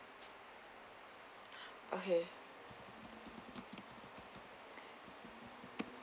okay